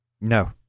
No